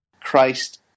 Christ